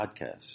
Podcast